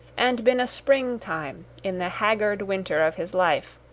and been a spring-time in the haggard winter of his life,